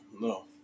no